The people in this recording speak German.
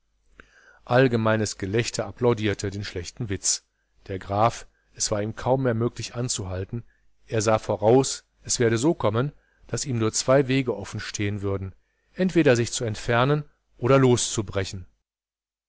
allgemeines gelächter applaudierte den schlechten witz der graf es war ihm kaum mehr möglich anzuhalten er sah voraus es werde so kommen daß ihm nur zwei wege offen stehen würden entweder sich zu entfernen oder loszubrechen